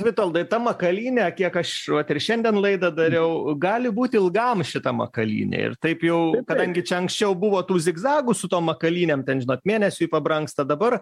vitoldai ta makalynė kiek aš vat ir šiandien laidą dariau gali būt ilgam šita makalynė ir taip jau kadangi čia anksčiau buvo tų zigzagų su tom makalynėm ten mėnesiui pabrangsta dabar